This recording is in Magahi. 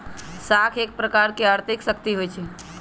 साख एक प्रकार के आर्थिक शक्ति होइ छइ